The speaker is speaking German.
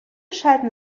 schalten